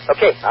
Okay